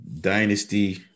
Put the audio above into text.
Dynasty